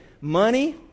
money